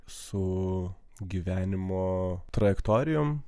su gyvenimo trajektorijom